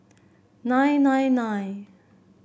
nine nine nine